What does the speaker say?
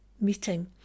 meeting